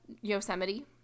Yosemite